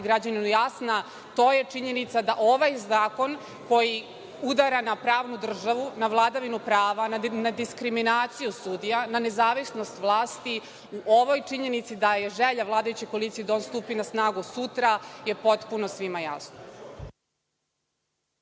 građaninu jasna, to je činjenica da ovaj zakon koji udara na pravnu državu, na vladavinu prava, na diskriminaciju sudija, na nezavisnost vlasti, u ovoj činjenici da je želja vladajuće koalicije da on stupi na snagu sutra je potpuno svima jasno.